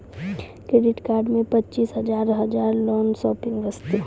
Credit card मे पचीस हजार हजार लोन शॉपिंग वस्ते?